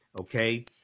okay